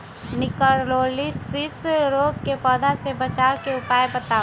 निककरोलीसिस रोग से पौधा के बचाव के उपाय बताऊ?